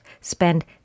spend